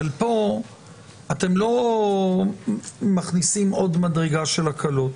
פה אתם לא מכניסים עוד מדרגה של הקלות,